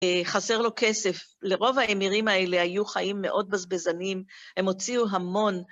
חסר לו כסף. לרוב האמירים האלה היו חיים מאוד בזבזנים, הם הוציאו המון.